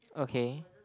okay